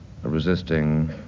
resisting